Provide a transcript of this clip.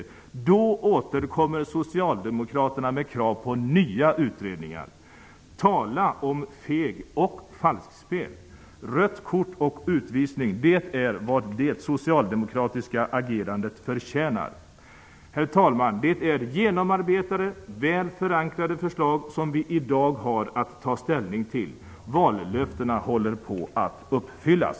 I denna situation återkommer Socialdemokraterna med krav på nya utredningar. Tala om feg och falskspel! Rött kort och utvisning är vad det socialdemokratiska agerandet förtjänar! Herr talman! Det är genomarbetade och väl förankrade förslag som vi i dag har att ta ställning till. Vallöftena håller på att uppfyllas!